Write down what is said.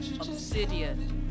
Obsidian